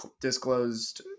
disclosed